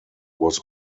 was